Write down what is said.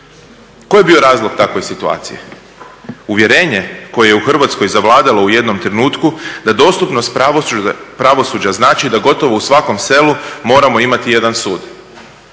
Koji je bio razlog takvoj situaciji? Uvjerenje koje je u Hrvatskoj zavladalo u jednom trenutku da dostupnost pravosuđa znači da gotovo u svakom selu moramo imati jedan sud.